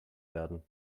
werden